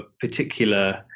particular